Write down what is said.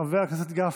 חבר הכנסת גפני,